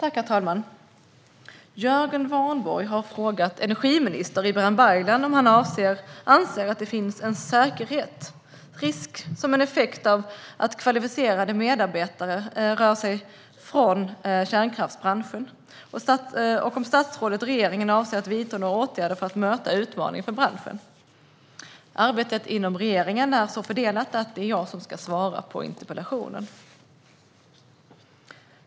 Herr talman! Jörgen Warborn har frågat energiminister Ibrahim Baylan om han anser att det finns en säkerhetsrisk som en effekt av att kvalificerade medarbetare rör sig från kärnkraftsbranschen och om statsrådet och regeringen avser att vidta några åtgärder för att möta utmaningen för branschen. Arbetet inom regeringen är så fördelat att det är jag som ska svara på interpellationen.